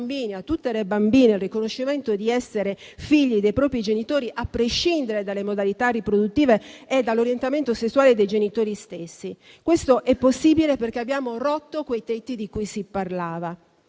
a tutte le bambine il riconoscimento di essere figli dei propri genitori, a prescindere dalle modalità riproduttive e dall'orientamento sessuale dei genitori stessi. Questo è possibile perché abbiamo infranto quei tetti di cui si parlava.